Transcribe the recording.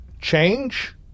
change